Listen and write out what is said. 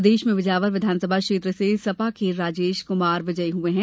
प्रदेश में बिजावर विधानसभा क्षेत्र से सपा के राजेश कुमार विजयी हुए हैं